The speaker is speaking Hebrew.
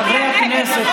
חברי הכנסת.